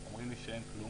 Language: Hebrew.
אומרים לי שאין כלום,